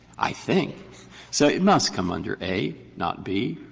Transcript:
i think. so it must come under a, not b.